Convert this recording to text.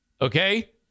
Okay